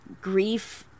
Grief